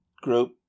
group